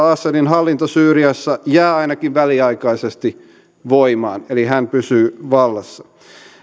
assadin hallinto syyriassa jää ainakin väliaikaisesti voimaan eli hän pysyy vallassa